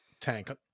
tank